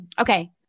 Okay